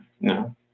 no